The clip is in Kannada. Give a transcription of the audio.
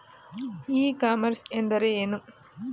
ಇ ಕಾಮರ್ಸ್ ಎಂದರೆ ಏನು?